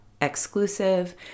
exclusive